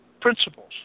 principles